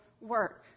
work